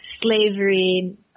slavery